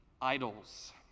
idols